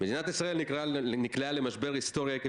"מדינת ישראל נקלעה למשבר היסטורי עקב